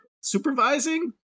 Supervising